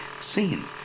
scene